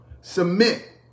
Submit